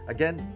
Again